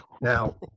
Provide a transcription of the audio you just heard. Now